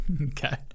okay